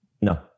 No